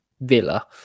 Villa